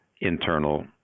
internal